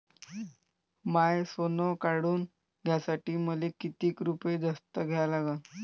माय सोनं काढून घ्यासाठी मले कितीक रुपये जास्त द्या लागन?